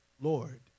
Lord